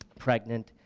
pregnant